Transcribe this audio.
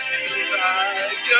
desire